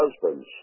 husbands